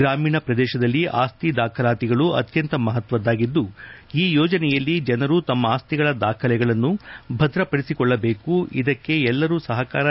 ಗ್ರಾಮೀಣ ಪ್ರದೇಶದಲ್ಲಿ ಆಸ್ತಿ ದಾಖಲಾತಿಗಳು ಅತ್ಯಂತ ಮಹತ್ವದಾಗಿದ್ದು ಈ ಯೋಜನೆಯಲ್ಲಿ ಜನರು ತಮ್ಮ ಆಸ್ತಿಗಳ ದಾಖಲೆಗಳನ್ನು ಭದ್ರಪದಿಸಿಕೊಳ್ಳಬೇಕು ಇದಕ್ಕೆ ಎಲ್ಲರೂ ಸಹಕಾರ ನೀಡಬೇಕು ಎಂದರು